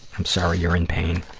i'm sorry you're in pain.